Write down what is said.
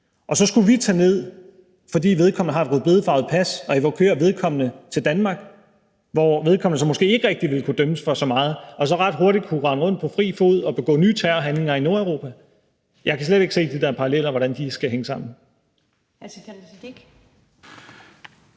Skulle vi så, fordi vedkommende har et rødbedefarvet pas, tage ned og evakuere vedkommende til Danmark, hvor vedkommende så måske ikke rigtig ville kunne dømmes for så meget og så ret hurtigt kunne rende rundt på fri fod og begå nye terrorhandlinger i Nordeuropa? Jeg kan slet ikke se, hvordan de der paralleller skal hænge sammen.